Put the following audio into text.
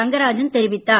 ரங்கராஜன் தெரிவித்தார்